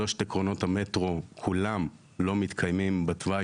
שלושת עקרונות המטרו כולם לא מתקיימים בתוואי